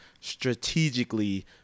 strategically